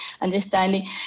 understanding